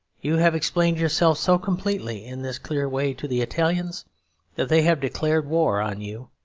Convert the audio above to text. you have explained yourself so completely, in this clear way, to the italians that they have declared war on you,